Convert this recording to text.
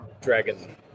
dragon